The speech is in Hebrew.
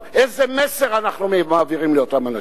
איזה מסר אנחנו מעבירים לאותם אנשים?